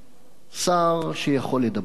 שר שיכול לדבר הרבה,